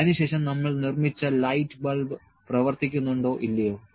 അതിനുശേഷം നമ്മൾ നിർമ്മിച്ച ലൈറ്റ് ബൾബ് പ്രവർത്തിക്കുന്നുണ്ടോ ഇല്ലയോ